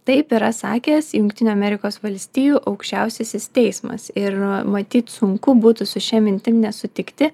taip yra sakęs jungtinių amerikos valstijų aukščiausiasis teismas ir matyt sunku būtų su šia mintim nesutikti